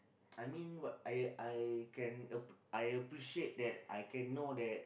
I mean what I I can ap~ I appreciate that I can know that